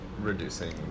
reducing